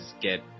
get